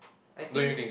I think